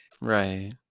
Right